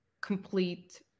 complete